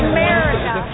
America